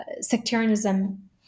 sectarianism